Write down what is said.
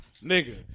nigga